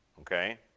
okay